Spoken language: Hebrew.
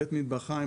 בית מטבחיים,